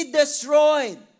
destroyed